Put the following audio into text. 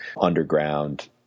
underground